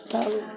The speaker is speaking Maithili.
तब